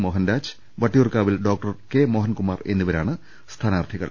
മോഹൻരാജ് വട്ടിയൂർക്കാവിൽ doctor K Mohankumar എന്നിവരാണ് സ്ഥാനാർത്ഥി കൾ